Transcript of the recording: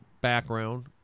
background